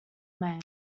men